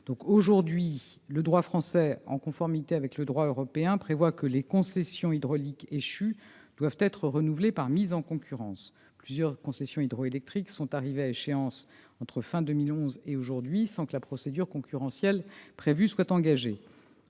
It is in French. Aujourd'hui, le droit français prévoit, en conformité avec le droit européen, que les concessions hydrauliques échues doivent être renouvelées par mise en concurrence. Plusieurs concessions hydroélectriques sont déjà arrivées à échéance depuis la fin de 2011, sans que la procédure concurrentielle soit engagée.